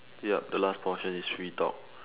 yup the last portion is free talk